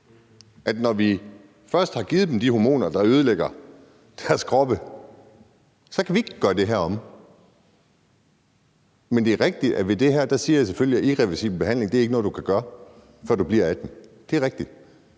Når vi først har givet dem de hormoner, der ødelægger deres kroppe, kan vi ikke gøre det om. Men det er rigtigt, at ved det her siger jeg selvfølgelig, at irreversibel behandling ikke er noget, du kan gøre, før du bliver 18 år. Det er rigtigt.